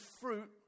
fruit